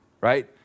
right